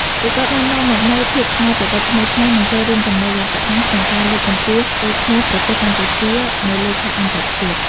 ពួកគាត់បាននាំមកនូវភាពច្នៃប្រឌិតថ្មីៗ និងចូលរួមចំណែកយ៉ាងសកម្មក្នុងការលើកកម្ពស់កេរ្តិ៍ឈ្មោះប្រទេសកម្ពុជានៅលើឆាកអន្តរជាតិ។